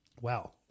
Wow